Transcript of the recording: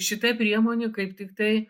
šita priemonė kaip tiktai